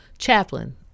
chaplain